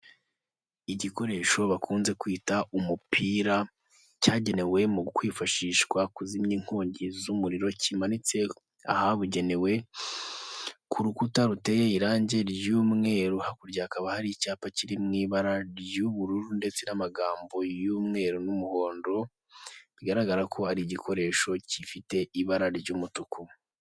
Igikoresho bakunze kwita umupira cyagenewe mu kwifashishwa kuzimya inkongi z'umuriro, kimanitse ahabugenewe ku rukuta ruteye irangi ry'umweru, hakurya hakaba hari icyapa kiri mu ibara ry'ubururu ndetse n'amagambo y'umweru n'umuhondo bigaragara ko ari igikoresho gifite ibara ry'umutuku.